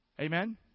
Amen